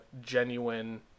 genuine